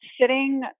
sitting